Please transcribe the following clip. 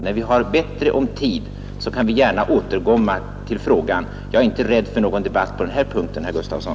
När vi har bättre om tid kan vi gärna återkomma till frågan. Jag är inte rädd för någon debatt på den punkten, herr Gustafsson.